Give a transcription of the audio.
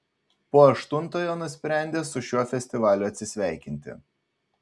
po aštuntojo nusprendė su šiuo festivaliu atsisveikinti